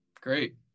Great